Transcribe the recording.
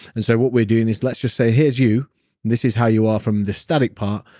and so what we're doing is let's just say here's you, and this is how you are from the static part.